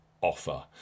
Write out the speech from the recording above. offer